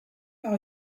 par